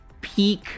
peak